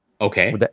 Okay